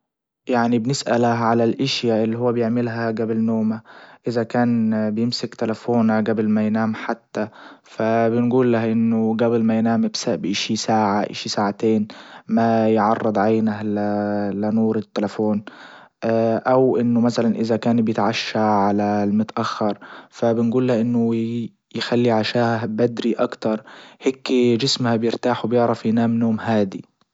يعني بنسأله على الاشيا اللي هو بيعملها جبل نومه اذا كان بيمسك تلفونه جبل ما ينام حتى فبنجول له انه جبل ما ينام اشي ساعة اشي ساعتين ما يعرض عينه لنور التلفون او انه مثلا اذا كان بيتعشى على المتأخر فبنجول له انه يخلي عشاه بدري اكتر هيكي جسمه بيرتاح وبيعرف ينام نوم هادي.